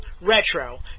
Retro